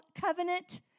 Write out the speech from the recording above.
covenant